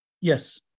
Yes